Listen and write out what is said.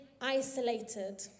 isolated